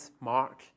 Mark